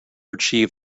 achieve